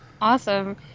Awesome